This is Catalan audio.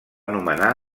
nomenar